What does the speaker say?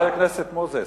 חבר הכנסת מוזס.